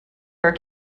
her